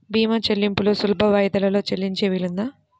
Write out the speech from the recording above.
భీమా చెల్లింపులు సులభ వాయిదాలలో చెల్లించే వీలుందా?